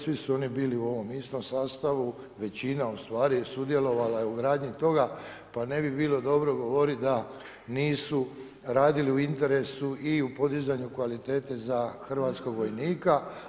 Svi su oni bili u istom sastavu, većina ustvari sudjelovala je u gradnji toga pa ne bi bilo dobro govoriti da nisu radili u interesu i u podizanju kvalitete za hrvatskog vojnika.